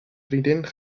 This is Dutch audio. vriendin